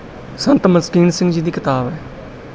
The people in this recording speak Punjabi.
ਸੰਤ ਮਸਕੀਨ ਸਿੰਘ ਜੀ ਦੀ ਕਿਤਾਬ ਹੈ